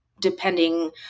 depending